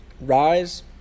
Rise